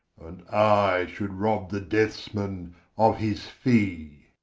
and i should rob the deaths-man of his fee,